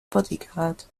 bodyguard